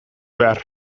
behar